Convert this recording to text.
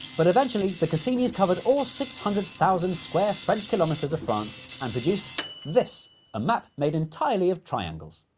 but eventually the cassinis covered all six hundred thousand square french kilometres of france and produced this a map made entirely of triangles.